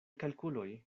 kalkuloj